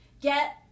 get